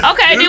Okay